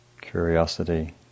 curiosity